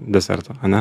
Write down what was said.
deserto ane